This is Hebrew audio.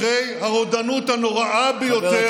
אחרי הרודנות הנוראה ביותר,